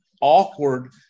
awkward